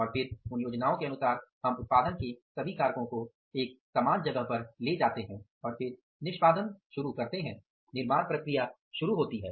और फिर उन योजनाओं के अनुसार हम उत्पादन के सभी कारकों को एक समान जगह पर लातें हैं और फिर निष्पादन शुरू करते हैं निर्माण प्रक्रिया शुरू होती हैं